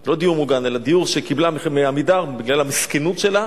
זה לא דיור מוגן אלא דיור שקיבלה מ"עמידר" בגלל המסכנות שלה.